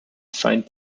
find